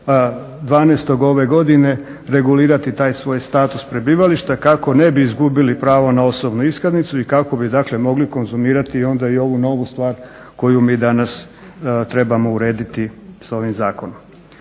29.12. ove godine regulirati taj svoj status prebivališta kako ne bi izgubili pravo na osobnu iskaznicu i kako bi, dakle mogli konzumirati onda i ovu novu stvar koju mi danas trebamo urediti sa ovim zakonom.